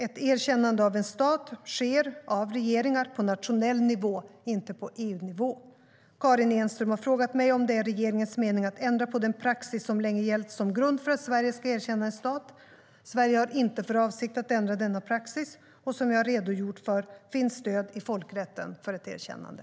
Ett erkännande av en stat sker av regeringar på nationell nivå, inte på EU-nivå. Karin Enström har frågat mig om det är regeringens mening att ändra på den praxis som länge gällt som grund för att Sverige ska erkänna en stat. Sverige har inte för avsikt att ändra denna praxis. Som jag har redogjort för finns det stöd i folkrätten för ett erkännande.